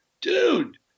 Dude